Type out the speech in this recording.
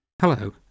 Hello